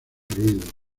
ruido